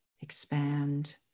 expand